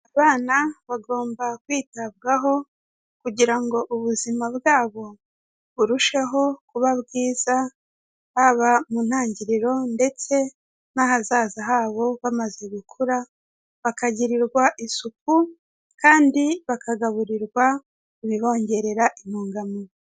Abana bagomba kwitabwaho kugira ngo ubuzima bwabo burusheho kuba bwiza, haba mu ntangiriro ndetse n'ahazaza habo bamaze gukura, bakagirirwa isuku kandi bakagaburirwa ibibongerera intungamubiri.